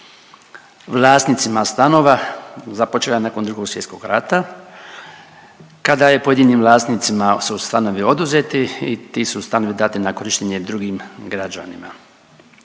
vlasnicima stanova započela nakon Drugog svjetskog rata kada je pojedinim vlasnicima su stanovi oduzeti i ti su stanovi dati na korištenje drugim građanima.